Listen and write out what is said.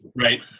Right